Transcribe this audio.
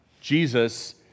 Jesus